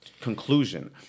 conclusion